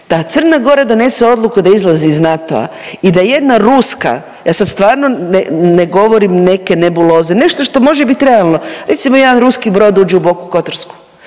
da Crna Gora donese odluku da izlazi iz NATO-a i da jedna ruska, ja sad stvarno ne govorim neke nebuloze, nešto što može biti realno, recimo, jedan ruski brod uđe u Boku Kotorsku.